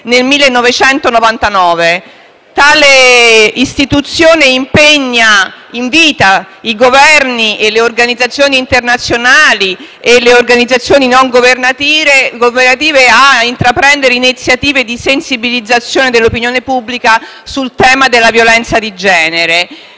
nel 1999. Tale istituzione invita i Governi, le organizzazioni internazionali e le organizzazioni non governative a intraprendere iniziative di sensibilizzazione dell'opinione pubblica sul tema della violenza di genere.